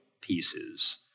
pieces